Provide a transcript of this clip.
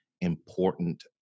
important